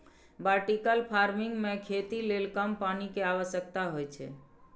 vertical farming मे खेती लेल कम पानि के आवश्यकता होइ छै